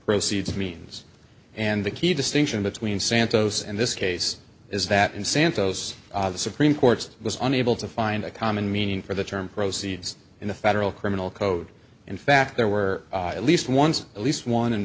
proceeds means and the key distinction between santos and this case is that in santo's the supreme court's was unable to find a common meaning for the term proceeds in the federal criminal code in fact there were at least once at least one and